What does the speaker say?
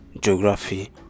geography